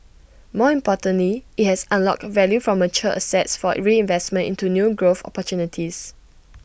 more importantly IT has unlocked value from mature assets for reinvestment into new growth opportunities